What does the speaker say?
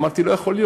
אמרתי: לא יכול להיות